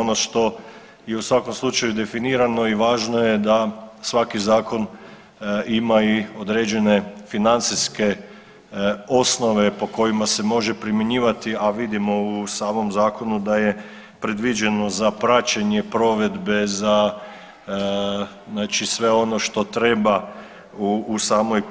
Ono što je u svakom slučaju definirano i važno je da svaki zakon ima i određene financijske osnove po kojima se može primjenjivati, a vidimo u samom zakonu da je predviđeno za praćenje provedbe, za znači sve ono što treba u samoj